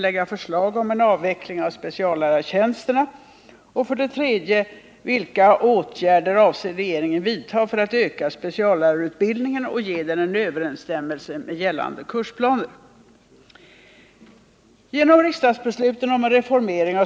Jag har fattat det så att jag nu direkt kan övergå till att svara på den interpellation som Åke Gillström ställt till mig.